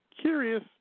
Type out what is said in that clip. curious